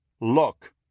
look